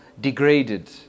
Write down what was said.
degraded